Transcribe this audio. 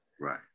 Right